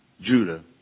Judah